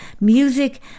music